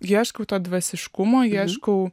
ieškau dvasiškumo ieškau